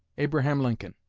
abraham lincoln.